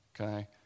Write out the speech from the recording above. okay